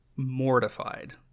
mortified